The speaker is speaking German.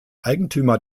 eigentümer